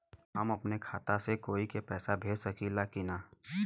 हम अपने खाता से कोई के पैसा भेज सकी ला की ना?